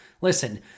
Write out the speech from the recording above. Listen